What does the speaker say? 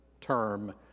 term